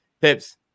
Pips